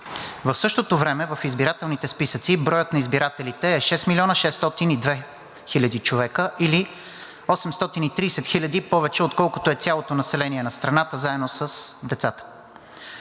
В същото време в избирателните списъци броят на избирателите е 6 млн. 602 хил. човека, или 830 хиляди повече, отколкото е цялото население на страната, заедно с децата.